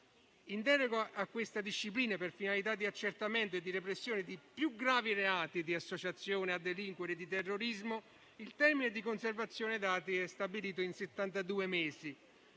In deroga a questa disciplina, per finalità di accertamento e repressione di più gravi reati di associazione a delinquere e terrorismo, il termine di conservazione dati è stabilito in